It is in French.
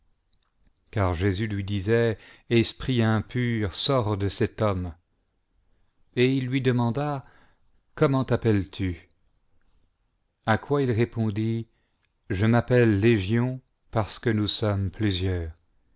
car jésus lui disait esprit impur sors de cet homme et il lui demanda gomment t appelles tu a quoi il répondit je m'appelle liégion parce que nous sommes plusieurs